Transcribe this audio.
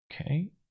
Okay